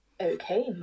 Okay